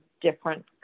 different